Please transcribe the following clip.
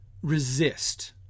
resist